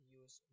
use